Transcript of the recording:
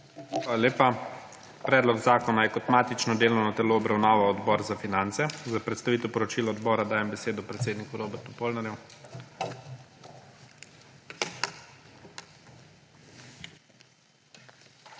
Hvala lepa. Predlog zakona je kot matično delovno telo obravnaval Odbor za finance. Za predstavitev poročila odbora dajem besedo predsedniku Robertu Polnarju. **ROBERT